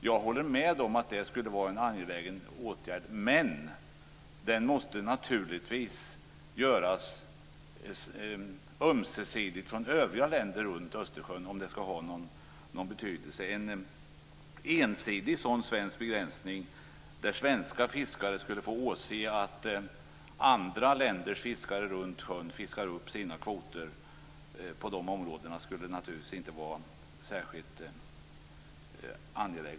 Jag håller med om att det skulle vara en angelägen åtgärd, men den måste naturligtvis vidtas ömsesidigt även från övriga länder runt Östersjön om den skall ha någon betydelse. En ensidig svensk begränsning då svenska fiskare skulle åse att andra länders fiskare runt sjön fiskar upp sina kvoter på dessa områden skulle naturligtvis inte vara särskilt bra.